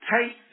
take